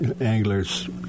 anglers